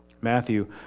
Matthew